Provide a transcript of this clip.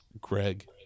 Greg